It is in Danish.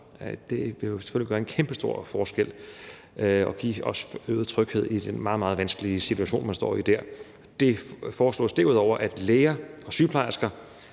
Det vil selvfølgelig gøre en kæmpestor forskel og give øget tryghed i den meget, meget vanskelige situation, man står i der. Det foreslås derudover, at læger og sygeplejersker,